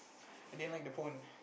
I didn't like the phone